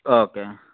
okay